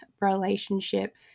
relationship